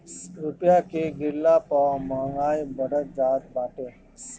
रूपया के गिरला पअ महंगाई बढ़त जात बाटे